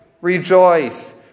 Rejoice